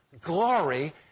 Glory